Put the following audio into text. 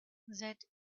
that